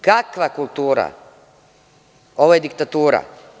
Kakva kultura, ovo je diktatura.